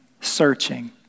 searching